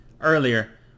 earlier